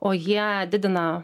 o jie didina